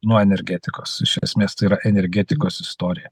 nuo energetikos iš esmės tai yra energetikos istorija